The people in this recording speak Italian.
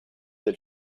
del